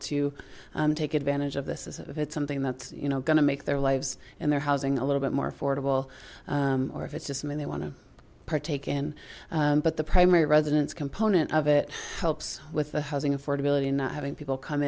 to take advantage of this as if it's something that's you know going to make their lives in their housing a little bit more affordable or if it's just mean they want to partake in but the primary residence component of it helps with the housing affordability and not having people come